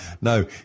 No